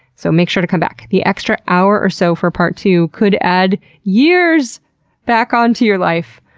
so make sure to come back. the extra hour or so for part two could add years back onto your life.